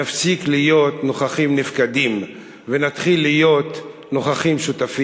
נפסיק להיות נוכחים-נפקדים ונתחיל להיות נוכחים-שותפים.